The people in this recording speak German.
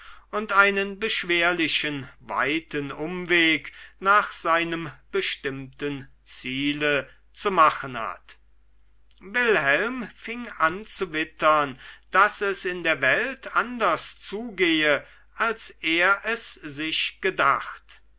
und einen beschwerlichen weiten umweg nach seinem bestimmten ziele zu machen hat wilhelm fing an zu wittern daß es in der welt anders zugehe als er es sich gedacht